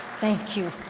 thank you.